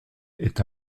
est